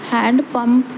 hand pump